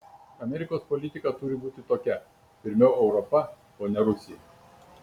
amerikos politika turi būti tokia pirmiau europa o ne rusija